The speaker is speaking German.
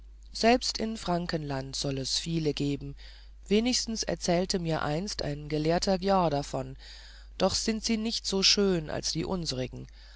selbst in frankenland soll es viele geben wenigstens erzählte mir einst ein gelehrter giaur davon doch sind sie nicht so schön als die unsrigen